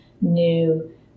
new